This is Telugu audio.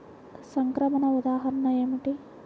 సంక్రమణ ఉదాహరణ ఏమిటి?